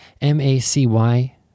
M-A-C-Y